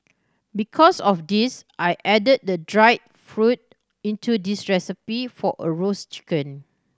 because of this I added the dried fruit into this recipe for a roast chicken